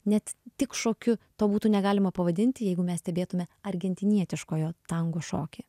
net tik šokiu to būtų negalima pavadinti jeigu mes stebėtume argentinietiškojo tango šokį